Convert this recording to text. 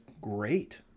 great